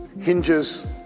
hinges